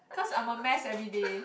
cause I'm a mess everyday